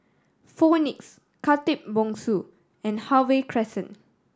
Phoenix Khatib Bongsu and Harvey Crescent